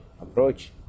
approach